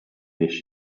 this